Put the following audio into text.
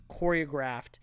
choreographed